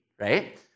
right